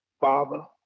Father